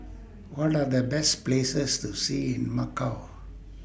What Are The Best Places to See in Macau